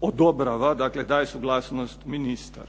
odobrava, dakle, daje suglasnost ministar.